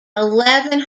eleven